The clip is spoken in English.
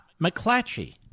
McClatchy